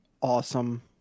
awesome